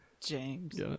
James